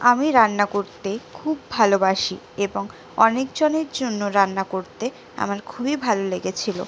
আমি রান্না করতে খুব ভালোবাসি এবং অনেক জনের জন্য রান্না করতে আমার খুবই ভাল লেগেছিল